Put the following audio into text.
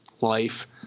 life